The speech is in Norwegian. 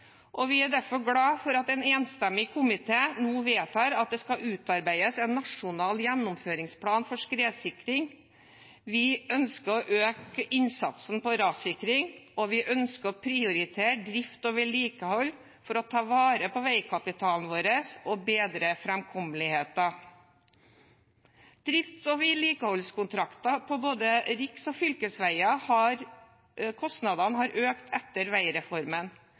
Vi er derfor glad for at en enstemmig komité nå vedtar at det skal utarbeides en nasjonal gjennomføringsplan for skredsikring. Vi ønsker å øke innsatsen for rassikring, og vi ønsker å prioritere drift og vedlikehold for å ta vare på veikapitalen vår og bedre framkommeligheten. For drifts- og vedlikeholdskontrakter på både riks- og fylkesveier har kostnadene økt etter veireformen.